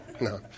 No